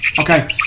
Okay